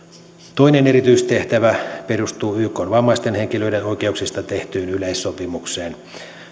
toinen erityistehtävä perustuu ykn vammaisten henkilöiden oikeuksista tehtyyn yleissopimukseen